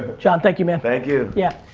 john, thank you man. thank you. yeah,